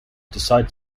decide